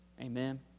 Amen